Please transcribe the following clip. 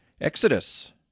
Exodus